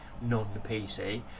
non-PC